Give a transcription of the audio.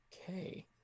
Okay